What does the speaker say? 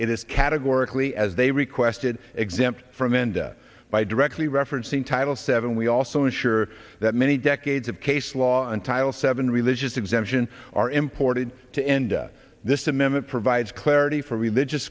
it is categorically as they requested exempt from enda by directly referencing title seven we also ensure that many decades of case law on title seven religious exemption are important to enda this amendment provides clarity for religious